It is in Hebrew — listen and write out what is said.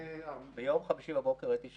ביום חמישי בבוקר הייתי שם,